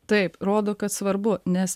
taip rodo kad svarbu nes